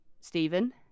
Stephen